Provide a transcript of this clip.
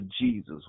Jesus